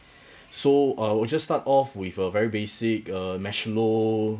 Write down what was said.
so I'll just start off with a very basic uh mashlow